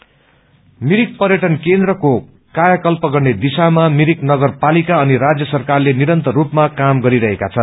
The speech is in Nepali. मिरिक मिरिक पर्यटन केन्द्रको कायाकल्प गर्ने दिशामा मिरिक नगरपालिका अनि राजय सरकारले निरन्तर स्पमा काम गरिरहेका छन्